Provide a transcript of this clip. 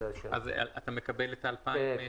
אז אתה מקבל את ה-2,000 שקלים?